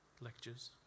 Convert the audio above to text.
lectures